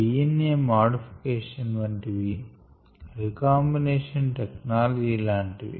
DNA modification వంటివి recombinant technology లాంటివి